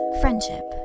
friendship